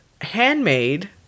handmade